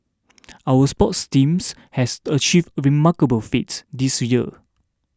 our sports teams has achieved remarkable feats this year